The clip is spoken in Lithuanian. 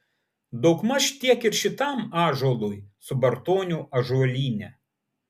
daugmaž tiek ir šitam ąžuolui subartonių ąžuolyne